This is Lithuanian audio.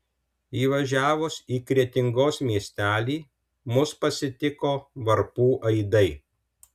įvažiavus į kretingos miestelį mus pasitiko varpų aidai